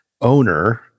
owner